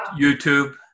YouTube